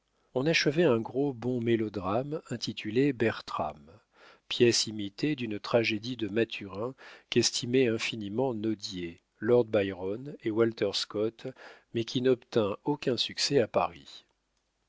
on achevait un gros bon mélodrame intitulé bertram pièce imitée d'une tragédie de maturin qu'estimaient infiniment nodier lord byron et walter scott mais qui n'obtint aucun succès à paris